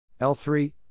L3